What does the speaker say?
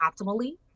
optimally